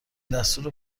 دستور